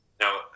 Now